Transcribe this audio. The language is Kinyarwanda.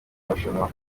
marushanwa